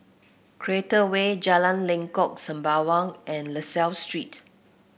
Create Way Jalan Lengkok Sembawang and La Salle Street